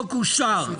עכשיו.